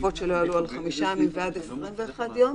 לתקופות שלא יעלו על חמישה ועד 21 יום.